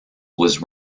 was